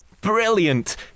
Brilliant